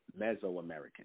Mesoamerican